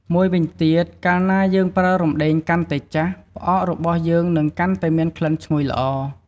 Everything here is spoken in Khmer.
មួយវិញទៀត កាលណាយើងប្រើរំដេងកាន់តែចាស់ ផ្អករបស់យើងនឹងកាន់តែមានក្លិនឈ្ងុយល្អ។